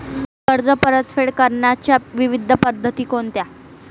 कर्ज परतफेड करण्याच्या विविध पद्धती कोणत्या?